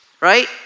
right